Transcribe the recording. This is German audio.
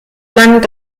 lang